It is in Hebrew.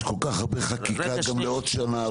יש כל כך הרבה חקיקה גם לעוד שנה.